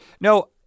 No